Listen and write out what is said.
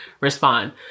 respond